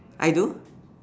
I do